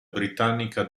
britannica